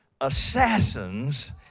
assassins